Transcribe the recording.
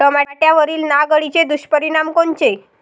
टमाट्यावरील नाग अळीचे दुष्परिणाम कोनचे?